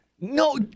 No